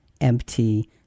empty